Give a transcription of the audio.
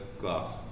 glass